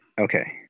Okay